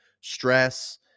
stress